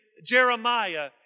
Jeremiah